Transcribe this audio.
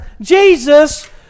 Jesus